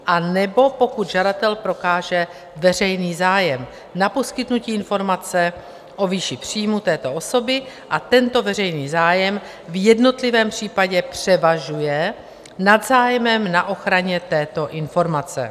b) anebo pokud žadatel prokáže veřejný zájem na poskytnutí informace o výši příjmu této osoby a tento veřejný zájem v jednotlivém případě převažuje nad zájmem na ochranu této informace.